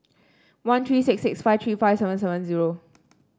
one three six six five three five seven seven zero